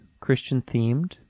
Christian-themed